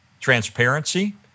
transparency